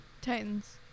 Titans